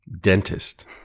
dentist